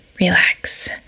relax